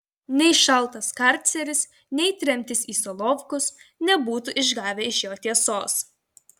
nei šaltas karceris nei tremtis į solovkus nebūtų išgavę iš jo tiesos